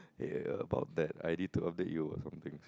ya about that I need to update you or some things